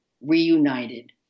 reunited